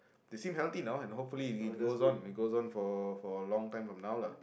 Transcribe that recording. they seem healthy now and hopefully it goes on it goes on for for a long time from now lah